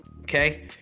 okay